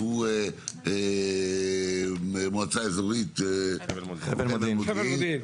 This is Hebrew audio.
שהוא מועצה אזורית בחבל מודיעין,